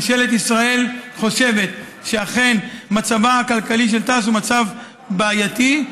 ממשלת ישראל חושבת שאכן מצבה הכלכלי של תע"ש הוא מצב בעייתי,